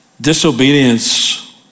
Disobedience